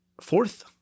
fourth